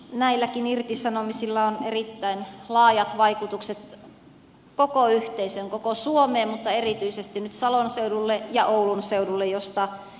näilläkin irtisanomisilla on erittäin laajat vaikutukset koko yhteisöön koko suomeen mutta erityisesti nyt salon seudulle ja oulun seudulle josta itse tulen